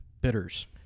bitters